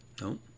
No